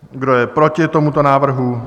Kdo je proti tomuto návrhu?